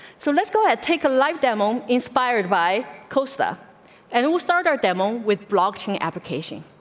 so let's go ahead. take a live demo inspired by costa and we'll start our demo with blocking application.